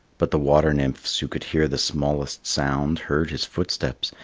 but the water-nymphs, who could hear the smallest sound, heard his footsteps,